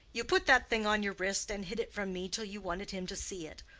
you put that thing on your wrist, and hid it from me till you wanted him to see it.